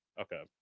okay